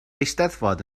eisteddfod